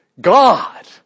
God